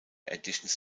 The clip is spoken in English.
editions